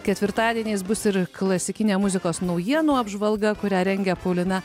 ketvirtadieniais bus ir klasikinė muzikos naujienų apžvalga kurią rengia paulina